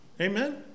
Amen